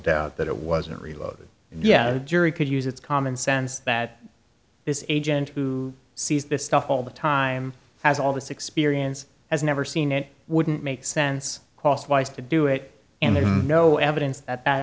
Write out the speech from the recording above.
doubt that it wasn't reload yeah the jury could use it's common sense that this agent who sees this stuff all the time has all this experience has never seen it wouldn't make sense cost wise to do it and no evidence that